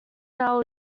now